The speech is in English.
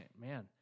man